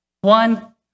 one